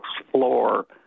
explore